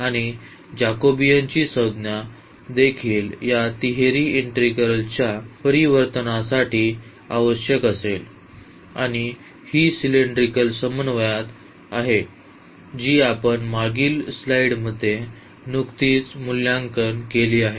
आणि जॅकोबियाची संज्ञा देखील या तिहेरी इंटीग्रलच्या परिवर्तनासाठी आवश्यक असेल आणि ही सिलेंड्रिकल समन्वयात आहे जी आपण मागील स्लाइडमध्ये नुकतीच मूल्यांकन केली आहे